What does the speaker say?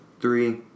Three